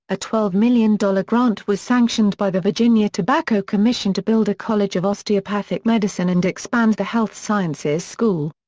a twelve million dollar grant was sanctioned by the virginia tobacco commission to build a college of osteopathic medicine and expand the health sciences school.